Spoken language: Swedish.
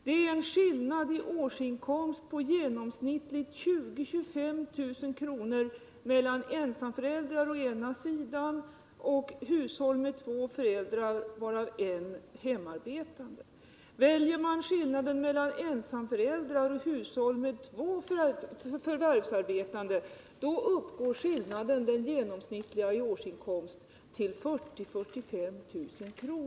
Det är en skillnad i årsinkomst på i genomsnitt 20 000-25 000 kr. mellan å ena sidan ensamföräldrar och å den andra hushåll med två föräldrar varav en hemarbetande. Väljer man ensamföräldrar och hushåll med två förvärvsarbetande uppgår den genomsnittliga skillnaden i årsinkomst till 40 000-45 000 kr.